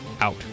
out